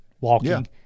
walking